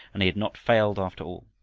and he had not failed after all.